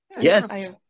Yes